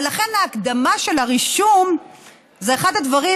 ולכן ההקדמה של הרישום היא אחד הדברים,